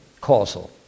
causal